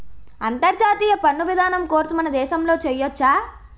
అంతర్జాతీయ పన్ను విధానం కోర్సు మన దేశంలో చెయ్యొచ్చా